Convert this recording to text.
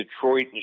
Detroit